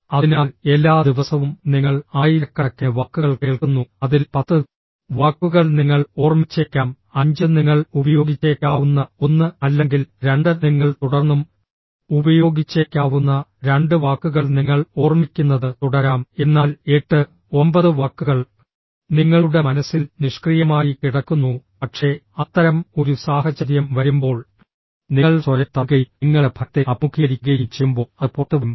അതിനാൽ എല്ലാ ദിവസവും നിങ്ങൾ ആയിരക്കണക്കിന് വാക്കുകൾ കേൾക്കുന്നു അതിൽ 10 വാക്കുകൾ നിങ്ങൾ ഓർമ്മിച്ചേക്കാം 5 നിങ്ങൾ ഉപയോഗിച്ചേക്കാവുന്ന 1 അല്ലെങ്കിൽ 2 നിങ്ങൾ തുടർന്നും ഉപയോഗിച്ചേക്കാവുന്ന 2 വാക്കുകൾ നിങ്ങൾ ഓർമ്മിക്കുന്നത് തുടരാം എന്നാൽ 89 വാക്കുകൾ നിങ്ങളുടെ മനസ്സിൽ നിഷ്ക്രിയമായി കിടക്കുന്നു പക്ഷേ അത്തരം ഒരു സാഹചര്യം വരുമ്പോൾ നിങ്ങൾ സ്വയം തള്ളുകയും നിങ്ങളുടെ ഭയത്തെ അഭിമുഖീകരിക്കുകയും ചെയ്യുമ്പോൾ അത് പുറത്തുവരും